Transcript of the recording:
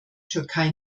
türkei